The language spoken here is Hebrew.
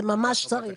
זה ממש צריך.